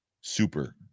super